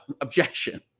Objection